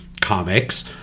comics